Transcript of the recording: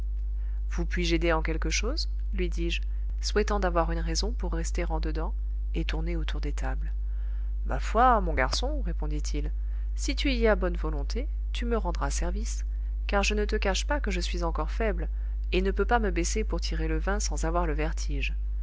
vous puis-je aider en quelque chose lui dis-je souhaitant d'avoir une raison pour rester en dedans et tourner autour des tables ma foi mon garçon répondit-il si tu y as bonne volonté tu me rendras service car je ne te cache pas que je suis encore faible et ne peux pas me baisser pour tirer le vin sans avoir le vertige